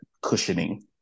cushioning